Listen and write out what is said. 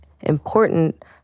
important